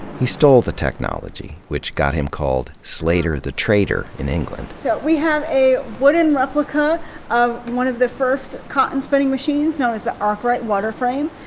he stole the technology, which got him called slater the traitor in england. so we have a wooden replica of one of the first cotton spinning machines, known as the arkwright water frame.